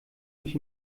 ich